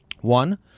One